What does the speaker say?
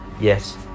Yes